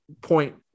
point